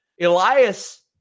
Elias